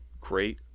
great